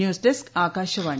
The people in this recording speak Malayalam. ന്യൂസ്ഡെസ്ക് ആകാശവാണി